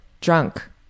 drunk